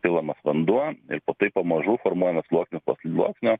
pilamas vanduo ir taip pamažu formuojamas sluoksnis po sluoksnio